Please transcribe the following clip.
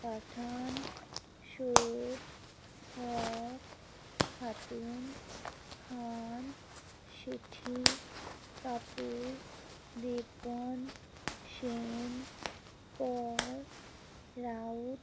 Pathaan Syed Haque Khatun Khan Shetty Kapoor Devgan Sen Kar Raut